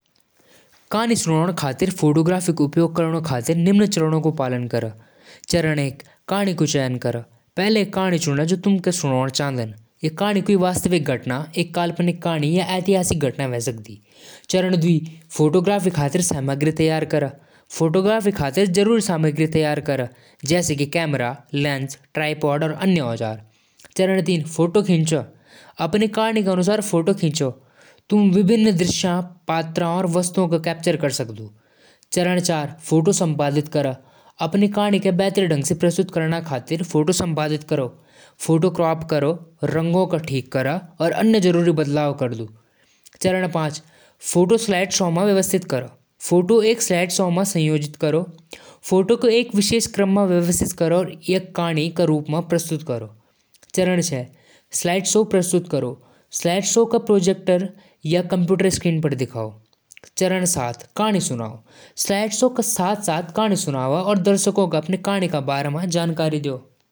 चिकन पकाण क लिए पहले चिकन धोदु। फिर मसाला तैयार करदु- हल्दी, मिर्च, धनिया पाउडर, अदरक-लहसुन पेस्ट। कढ़ाई म तेल गरम करदु और मसाला भूनदु। चिकन डालदु और हल्का-हल्का पकादु। टमाटर क प्यूरी डालदु और धीमी आंच म पकाण। ऊपर धनिया डालकु परोसदु।